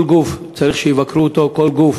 כל גוף צריך שיבקרו אותו, כל גוף